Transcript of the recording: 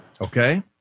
Okay